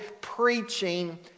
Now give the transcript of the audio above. preaching